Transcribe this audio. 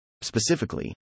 Specifically